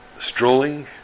strolling